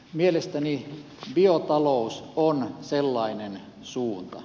mielestäni biotalous on sellainen suunta